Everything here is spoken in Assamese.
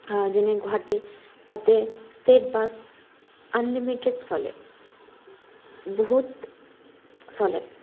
যেনে গুৱাহাটী তাতে ষ্টেট বাছ আনলিমিটেড চলে বহুত চলে